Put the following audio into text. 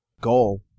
goal